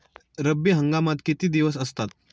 रब्बी हंगामात किती दिवस असतात?